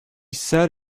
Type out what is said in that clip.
set